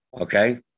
okay